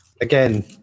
again